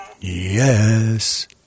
Yes